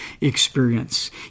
experience